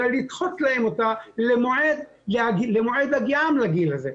אלא לדחות להם אותה למועד הגיעם לגיל הזה.